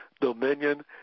dominion